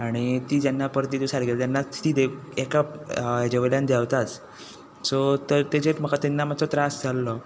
आनी ती जेन्ना परती तूं सारकी तेन्नाच ती देंव एका हेजे वयल्यान देंवताच सो तर तेजेत म्हाका तेन्ना मातसो त्रास जाल्लो